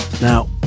Now